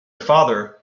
father